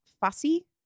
fussy